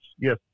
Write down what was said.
Yes